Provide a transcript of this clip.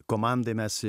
komandai mes